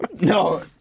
No